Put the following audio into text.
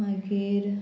मागीर